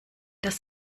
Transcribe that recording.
das